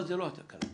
אבל זה לא התקנות האלה.